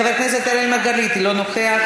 חבר הכנסת אראל מרגלית, לא נוכח,